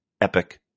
epic